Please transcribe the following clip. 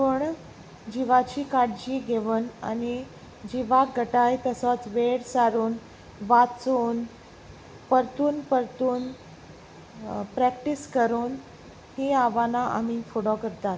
पूण जिवाची काळजी घेवन आनी जिवाक घटाय तसोच वेळ सारून वाचून परतून परतून प्रॅक्टीस करून हीं आव्हानां आमी फुडो करतात